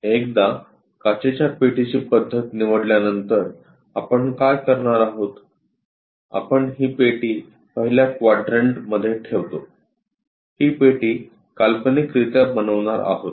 एकदा काचेच्या पेटीची पद्धत निवडल्यानंतर आपण काय करणार आहोत आपण ही पेटी पहिल्या क्वाड्रंट मध्ये ठेवतो ही पेटी काल्पनिक रित्या बनवणार आहोत